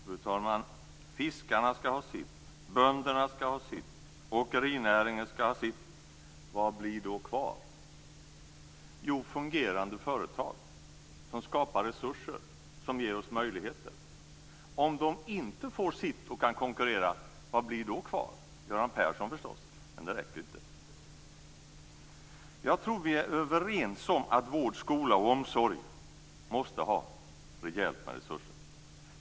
Fru talman! Fiskarna skall ha sitt. Bönderna skall ha sitt. Åkerinäringen skall ha sitt. Vad blir då kvar? Jo, fungerande företag, som skapar resurser, som ger oss möjligheter. Om de inte får sitt och inte kan konkurrera, vad blir då kvar? Ja, Göran Persson förstås, men det räcker inte. Jag tror att vi är överens om att vård, skola och omsorg måste ha rejält med resurser.